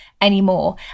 anymore